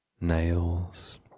Nails